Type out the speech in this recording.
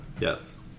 yes